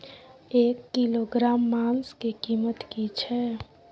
एक किलोग्राम मांस के कीमत की छै?